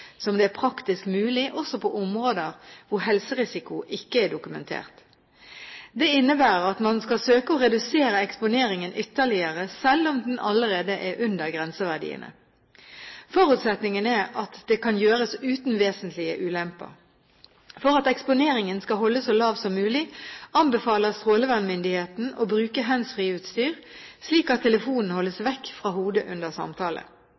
som det er praktisk mulig, også på områder hvor helserisiko ikke er dokumentert. Det innebærer at man skal søke å redusere eksponeringen ytterligere, selv om den allerede er under grenseverdiene. Forutsetningen er at det kan gjøres uten vesentlige ulemper. For at eksponeringen skal holdes så lav som mulig, anbefaler strålevernmyndigheten å bruke handsfree-utstyr, slik at telefonen holdes vekk fra hodet under samtale.